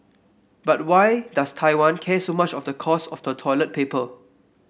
but why does Taiwan care so much of the cost of toilet paper